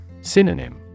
Synonym